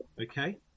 Okay